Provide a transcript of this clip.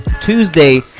Tuesday